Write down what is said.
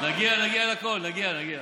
למי שאין.